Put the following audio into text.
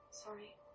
Sorry